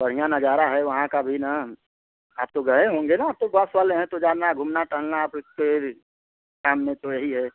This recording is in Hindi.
बढ़िया नजारा है वहाँ का भी न आप तो गए होंगे न आप तो बस वाले हैं तो जाना घूमना टहलना आप के काम में तो यही है